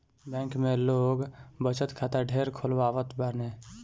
bank में लोग बचत खाता ढेर खोलवावत बाने